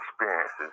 experiences